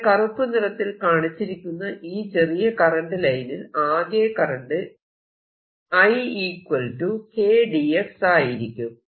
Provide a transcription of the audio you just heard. ഇവിടെ കറുപ്പ് നിറത്തിൽ കാണിച്ചിരിക്കുന്ന ഈ ചെറിയ കറന്റ് ലൈനിൽ ആകെ കറന്റ് I Kdx ആയിരിക്കും